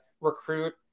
recruit